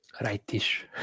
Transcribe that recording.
right-ish